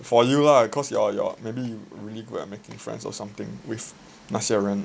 for you lah cause you are your maybe you're really like good at making friends or something with 那些人